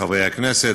חברי הכנסת,